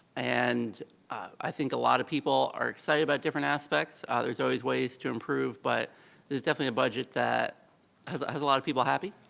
and i think a lot of people are excited about different aspects. ah there's always ways to improve, but, this is definitely a budget that has has a lot of people happy.